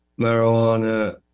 marijuana